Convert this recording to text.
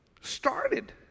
started